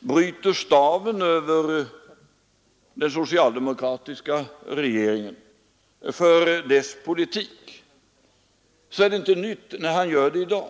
bryter staven över den socialdemokratiska regeringen för dess politik är det ingenting nytt för i dag.